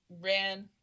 ran